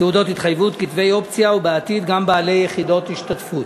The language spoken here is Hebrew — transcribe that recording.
כתבי אופציה, ובעתיד גם בעלי יחידות השתתפות.